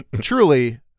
truly